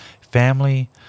Family